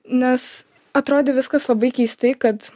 nes atrodė viskas labai keistai kad